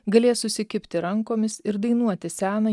galės susikibti rankomis ir dainuoti seną